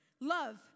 love